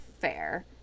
fair